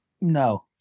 No